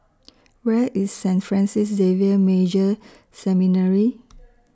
Where IS Saint Francis Xavier Major Seminary